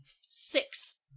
Six